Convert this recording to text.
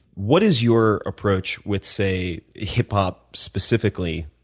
what is your approach with, say, hip hop specifically?